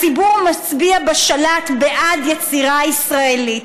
הציבור מצביע בשלט בעד יצירה ישראלית.